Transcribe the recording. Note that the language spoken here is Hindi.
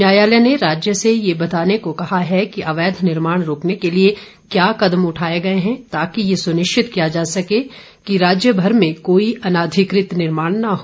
न्यायालय ने राज्य से यह बताने को कहा है कि अवैध निर्माण रोकने के लिए क्या कदम उठाए गये हैं ताकि ये सुनिश्चित किया जा सके कि राज्यमर में कोई अनाधिकृत निर्माण न हो